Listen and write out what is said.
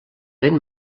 ben